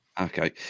Okay